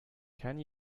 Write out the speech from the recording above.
can